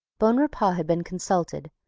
bonrepaux had been consulted,